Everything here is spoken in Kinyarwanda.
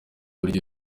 buryo